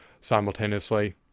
simultaneously